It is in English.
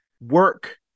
work